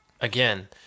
again